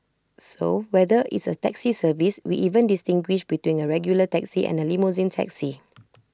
so whether it's A taxi service we even distinguish between A regular taxi and A limousine taxi